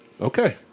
okay